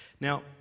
Now